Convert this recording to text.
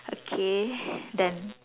okay done